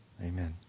Amen